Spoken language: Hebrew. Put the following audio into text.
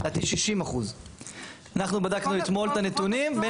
60%. אנחנו בדקנו אתמול את הנתונים.